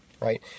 right